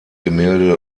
gemälde